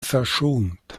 verschont